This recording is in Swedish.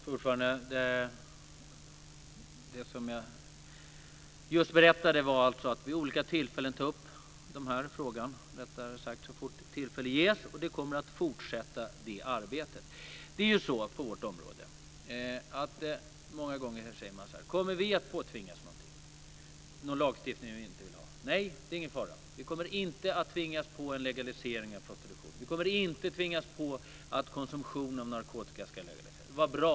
Fru talman! Det som jag just berättade, att så fort tillfälle ges ta upp den här frågan, och vi kommer att fortsätta det arbetet. Många gånger säger man på vårt område: Kommer vi att påtvingas en lagstiftning vi inte vill ha? Nej, det är ingen fara. Vi kommer inte att påtvingas en legalisering av prostitution. Vi kommer inte att påtvingas att konsumtion av narkotika ska legaliseras.